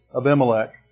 Abimelech